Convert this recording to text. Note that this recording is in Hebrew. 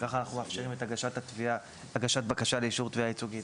כך אנחנו מאפשרים את הגשת בקשה לאישור תביעה ייצוגית